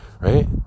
Right